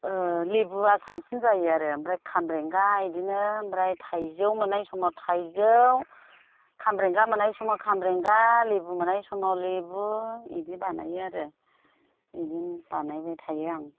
लेबुआ साबसिन जायो आरो ओमफ्राय खामब्रेंगा बिदिनो ओमफ्राय थाइजौ मोन्नाय समाव थाइजौ खामब्रेंगा मोन्नाय समाव खामब्रेंगा लेबु मोन्नाय समाव लेबु बिदि बानायो आरो बिदिनो बानायबाय थायो आं